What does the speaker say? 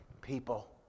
people